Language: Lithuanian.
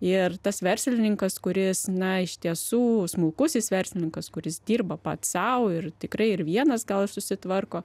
ir tas verslininkas kuris na iš tiesų smulkusis verslininkas kuris dirba pats sau ir tikrai ir vienas gal ir susitvarko